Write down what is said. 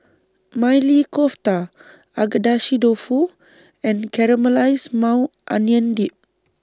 Maili Kofta Agedashi Dofu and Caramelized Maui Onion Dip